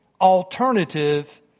alternative